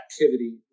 activity